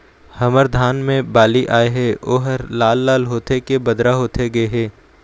हमर धान मे बाली आए हे ओहर लाल लाल होथे के बदरा होथे गे हे?